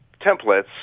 templates